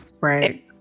Right